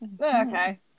okay